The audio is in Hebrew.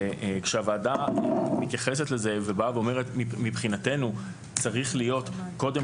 כאשר הוועדה מתייחסת לזה ואומרת שמבחינתה צריכה להיות קודם